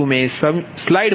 335 0